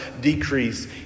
decrease